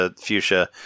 Fuchsia